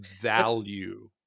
value